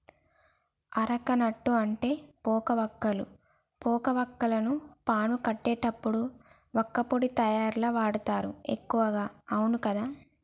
areca nut అంటే పోక వక్కలు, పోక వాక్కులను పాను కట్టేటప్పుడు వక్కపొడి తయారీల వాడుతారు ఎక్కువగా అవును కదా